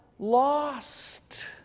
Lost